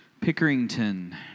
Pickerington